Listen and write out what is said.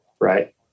Right